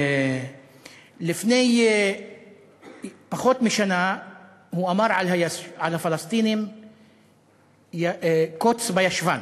לפני פחות משנה הוא אמר על הפלסטינים "קוץ בישבן",